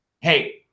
Hey